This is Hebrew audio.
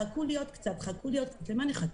חכו לי עוד קצת למה נחכה?